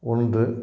ஒன்று